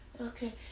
Okay